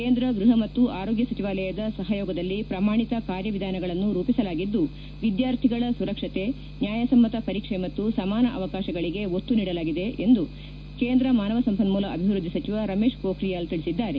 ಕೇಂದ್ರ ಗ್ವಹ ಮತ್ತು ಆರೋಗ್ಯ ಸಚಿವಾಲಯದ ಸಹಯೋಗದಲ್ಲಿ ಪ್ರಮಾಣಿತ ಕಾರ್ಯವಿಧಾನಗಳನ್ನು ರೂಪಿಸಲಾಗಿದ್ದು ವಿದ್ಯಾರ್ಥಿಗಳ ಸುರಕ್ಷತೆ ನ್ಯಾಯಸಮ್ಮತ ಪರೀಕ್ಷೆ ಮತ್ತು ಸಮಾನ ಅವಕಾಶಗಳಿಗೆ ಒತ್ತು ನೀಡಲಾಗಿದೆ ಎಂದು ಕೇಂದ್ರ ಮಾನವ ಸಂಪನ್ಮೂಲ ಅಭಿವ್ವದ್ದಿ ಸಚಿವ ರಮೇಶ್ ಪೋಖ್ರಿಯಾಲ್ ತಿಳಿಸಿದ್ದಾರೆ